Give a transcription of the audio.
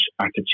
attitude